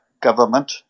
government